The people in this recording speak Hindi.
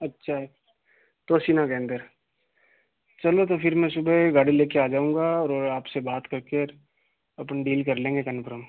अच्छा तोशीना के अंदर चलो तो फिर मैं सुबह गाड़ी लेकर आ जाऊँगा और आपसे बात करकर अपन डील कर लेंगे कन्फ्रम